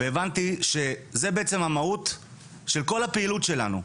והבנתי שזו בעצם המהות של כל הפעילות שלנו.